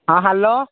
ହଁ ହ୍ୟାଲୋ